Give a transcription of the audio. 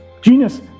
genius